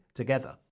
together